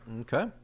Okay